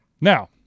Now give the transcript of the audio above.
now